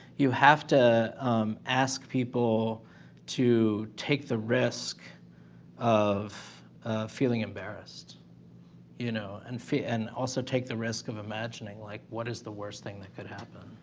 you have to ask people to take the risk of feeling embarrassed you know and fit and also take the risk of imagining like what is the worst thing that could happen?